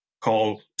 call